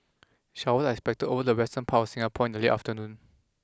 showers are expected over the western part of Singapore in the late afternoon